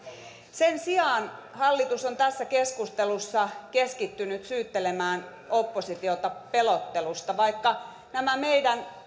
sen sijaan hallitus on tässä keskustelussa keskittynyt syyttelemään oppositiota pelottelusta vaikka nämä meidän